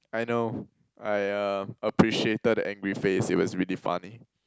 I know I uh appreciated the angry face it was really funny